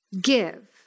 give